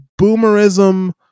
boomerism